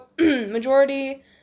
majority